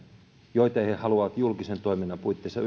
joita he he haluavat julkisen toiminnan puitteissa